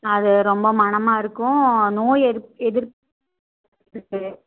அது ரொம்ப மணமாக இருக்கும் நோய் எதிர் எதிர்ப்